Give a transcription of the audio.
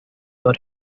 are